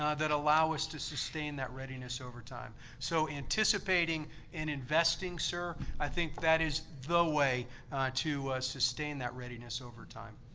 ah that allow us to sustain that readiness over time. so anticipating and investing, sir, i think that is the way to sustain that readiness over time.